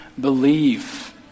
believe